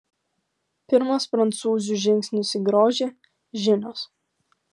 pirmas prancūzių žingsnis į grožį žinios